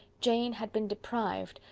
jane had been deprived,